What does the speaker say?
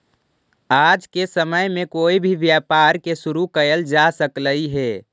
आज के समय में कोई भी व्यापार के शुरू कयल जा सकलई हे